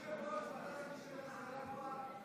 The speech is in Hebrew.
כיושב-ראש ועדת המשנה להשכלה גבוהה,